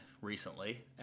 recently